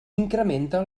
incrementa